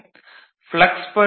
flux per pole 0